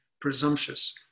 presumptuous